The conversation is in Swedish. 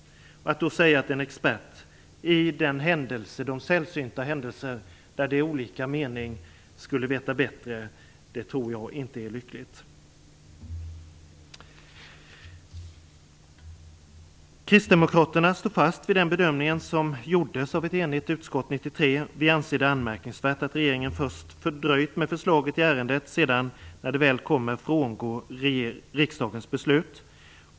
Jag tror inte att det är lyckligt att i de sällsynta fall där det är olika mening säga att en expert skulle veta bättre. Kristdemokraterna står fast vid den bedömning som gjordes av ett enigt utskott 1993. Vi anser det anmärkningsvärt att regeringen först dröjt med förslaget i ärendet och sedan när det väl kommer frångår riksdagens beslut.